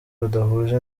badahuje